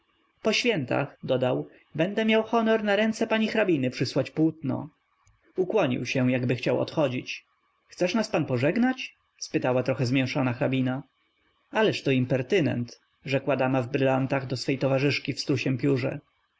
po świętach dodał będę miał honor na ręce pani hrabiny przysłać płótno ukłonił się jakby chciał odchodzić chcesz nas pan pożegnać spytała trochę zmięszana hrabina ależto impertynent rzekła dama w brylantach do swej towarzyszki